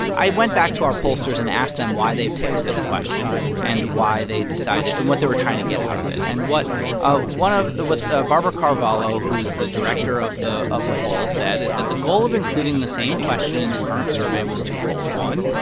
i went back to our pollsters and asked them why they picked this question and why they decided and what they were trying to get out of it. and what ah one of what ah barbara carvalho, who's the director of the of the poll, said is that the goal of including the same question in the current survey was twofold one,